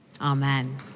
Amen